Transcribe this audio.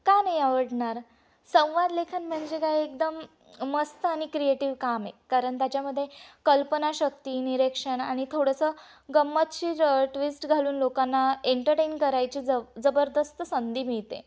का नाही आवडणार संवाद लेखन म्हणजे काय एकदम मस्त आणि क्रिएटिव काम आहे कारण त्याच्यामध्ये कल्पनाशक्ती निरीक्षण आणि थोडंसं गम्मतशीर ट्विस्ट घालून लोकांना एंटरटेन करायची ज जबरदस्त संधी मिळते